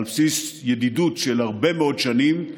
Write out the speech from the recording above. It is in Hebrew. על בסיס ידידות של הרבה מאוד שנים,